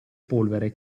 polvere